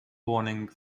warning